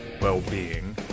well-being